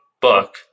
book